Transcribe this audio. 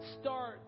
start